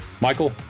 Michael